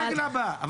בנגלה הבאה.